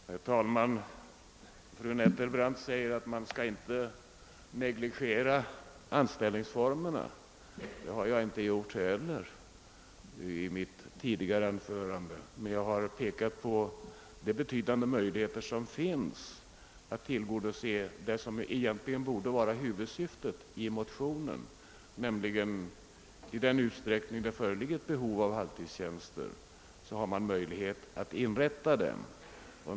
Herr talman! Fru Nettelbrandt säger att man inte skall negligera anställningsformerna. Det gjorde jag inte i mitt tidigare anförande, men jag pekade på de betydande möjligheter som finns att tillgodose vad som borde vara huvudsyftet i motionerna: i den utsträckning det föreligger behov av halvtidstjänster har man möjlighet att inrätta dem.